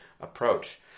approach